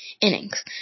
innings